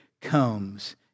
comes